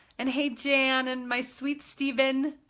and hey jan. and my sweet stephen.